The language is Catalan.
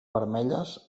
vermelles